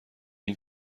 این